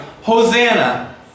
Hosanna